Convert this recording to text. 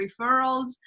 referrals